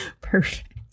Perfect